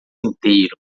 inteiro